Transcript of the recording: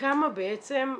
כמה בעצם,